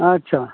अच्छा